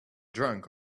drunk